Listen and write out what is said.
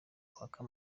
kwaka